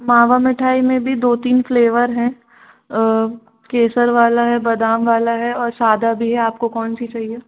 मावा मिठाई में भी दो तीन फ़्लेवर हैं केसर वाला है बादाम वाला है और सादा भी है आपको कौन सी चाहिए